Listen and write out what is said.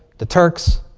the turks.